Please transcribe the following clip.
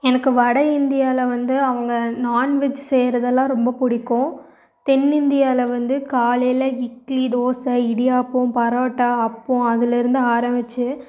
எனக்கு வட இந்தியாவில் வந்து அவங்க நான்வெஜ் செய்வதெல்லாம் ரொம்ப பிடிக்கும் தென் இந்தியாவில் வந்து காலையில் இட்லி தோசை இடியாப்பம் பரோட்டா அப்பம் அதுலேருந்து ஆரம்மிச்சி